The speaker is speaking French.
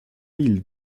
mille